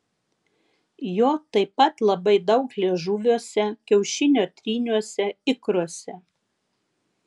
jo taip pat labai daug liežuviuose kiaušinio tryniuose ikruose